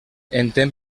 entén